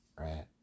right